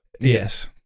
Yes